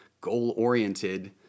goal-oriented